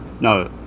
No